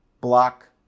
block